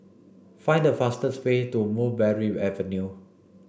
find the fastest way to Mulberry Avenue